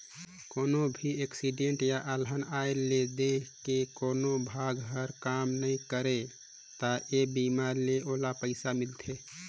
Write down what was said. कोनो भी एक्सीडेंट य अलहन आये ले देंह के कोनो भाग हर काम नइ करे त ए बीमा ले ओला पइसा मिलथे